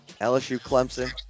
LSU-Clemson